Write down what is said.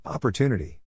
Opportunity